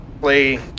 play